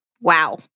Wow